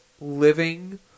living